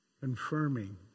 Confirming